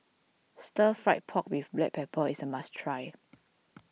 Stir Fry Pork with Black Pepper is a must try